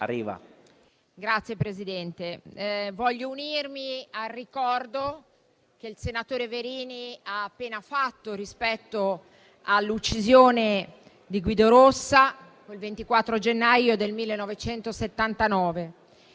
Signor Presidente, voglio unirmi al ricordo che il senatore Verini ha appena fatto rispetto all'uccisione di Guido Rossa, avvenuta il 24 gennaio 1979.